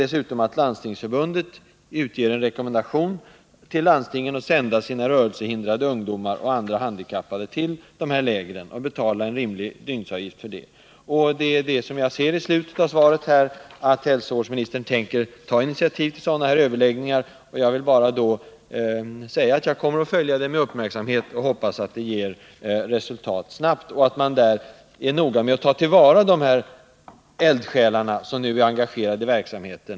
Dessutom vore det bra om Landstingsförbundet kunde utge en rekommendation till landstingen att sända sina rörelsehindrade ungdomar och eventuellt andra handikappade till de här lägren, och betala en rimlig dygnsavgift för detta. Som jag uppfattar svaret tänker hälsovårdsministern ta initiativ till sådana överläggningar. Jag vill därför bara säga att jag kommer att följa utvecklingen med uppmärksamhet. Jag hoppas att samtalen ger resultat snabbt och att man är noga med att på ett lämpligt sätt ta till vara de eldsjälar som nu är engagerade i verksamheten.